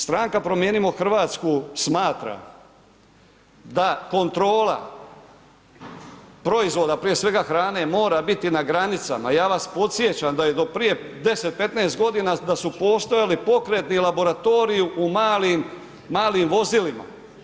Stanka Promijenimo Hrvatsku smatra da kontrola proizvoda, prije svega hrane, mora biti na granicama, ja vas podsjećam da je do prije 10, 15 godina da su postojali pokretni laboratoriji u malim vozilima.